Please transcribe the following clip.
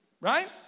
Right